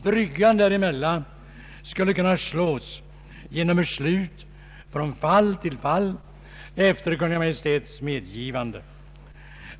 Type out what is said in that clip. Bryggan däremellan skulle kunna slås genom beslut från fall till fall efter Kungl. Maj:ts medgivande.